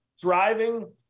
driving